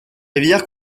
rivières